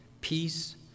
peace